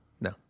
No